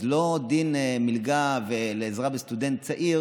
אז לא דין מלגה לעזרה לסטודנט צעיר